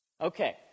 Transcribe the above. Okay